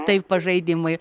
taip pažaidimui